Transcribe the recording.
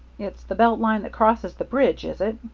it's the belt line that crosses the bridge, is it?